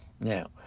Now